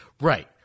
Right